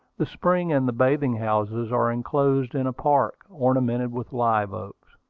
the spring and the bathing-houses are inclosed in a park, ornamented with live-oaks.